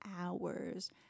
hours